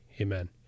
Amen